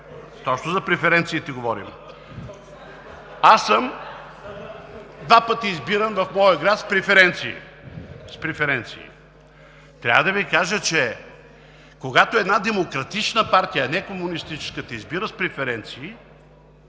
Точно за преференциите говорим. Аз два пъти съм избиран в моя град с преференции. Трябва да Ви кажа, че когато една демократична партия, а не комунистическа, избира с преференции,